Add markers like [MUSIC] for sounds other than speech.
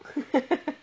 [LAUGHS]